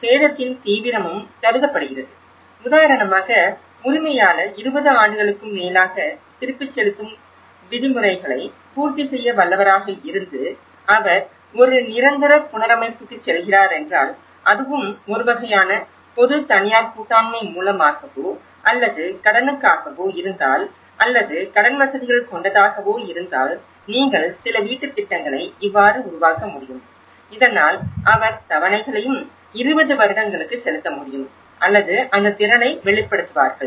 எனவே சேதத்தின் தீவிரமும் கருதப்படுகிறது உதாரணமாக உரிமையாளர் 20 ஆண்டுகளுக்கும் மேலாக திருப்பிச் செலுத்தும் விதிமுறைகளை பூர்த்தி செய்ய வல்லவராக இருந்து அவர் ஒரு நிரந்தர புனரமைப்புக்குச் செல்கிறார் என்றால் அதுவும் ஒரு வகையான பொது தனியார் கூட்டாண்மை மூலமாகவோ அல்லது கடனுக்காகவோ இருந்தால் அல்லது கடன் வசதிகள் கொண்டதாகவோ இருந்தால் நீங்கள் சில வீட்டுத் திட்டங்களை இவ்வாறு உருவாக்க முடியும் இதனால் அவர் தவணைகளையும் 20 வருடங்களுக்கு செலுத்த முடியும் அல்லது அந்த திறனை வெளிப்படுத்துவார்கள்